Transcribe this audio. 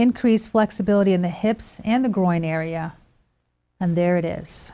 increase flexibility in the hips and the groin area and there it is